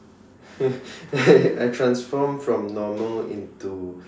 I transform from normal into